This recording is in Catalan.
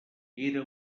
era